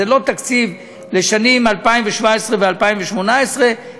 זה לא תקציב לשנים 2017 ו-2018,